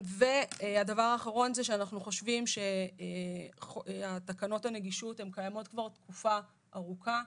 הדבר האחרון הוא שאנחנו חושבים שתקנות הנגישות קיימות כבר תקופה ארוכה.